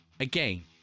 Again